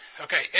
Okay